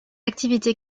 activité